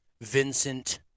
Vincent